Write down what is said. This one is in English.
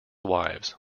wives